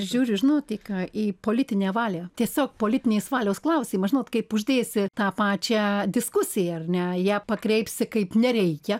žiūriu žinot į ką į politinę valią tiesiog politinės valios klausimą žinot kaip uždėsi tą pačią diskusiją ar ne ją pakreipsi kaip nereikia